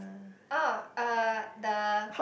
oh uh the